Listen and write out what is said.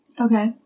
Okay